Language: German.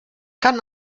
kann